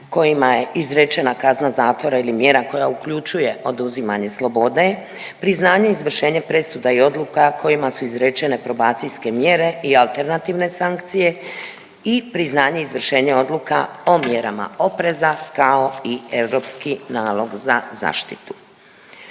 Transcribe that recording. kojima je izrečena kazna zatvora ili mjera koja uključuje oduzimanje slobode, priznanje i izvršenje presuda i odluka kojima su izrečene probacijske mjere i alternativne sankcije i priznanje izvršenja odluka o mjerama opreza kao i europski nalog za zaštitu.